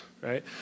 right